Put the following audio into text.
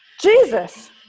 Jesus